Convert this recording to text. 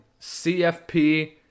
CFP